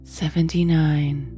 seventy-nine